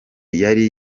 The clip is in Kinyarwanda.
yari